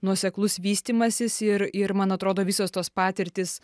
nuoseklus vystymasis ir ir man atrodo visos tos patirtys